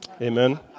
Amen